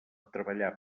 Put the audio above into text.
treballar